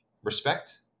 Respect